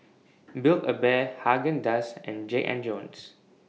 Build A Bear Haagen Dazs and Jack and Jones